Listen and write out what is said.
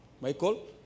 Michael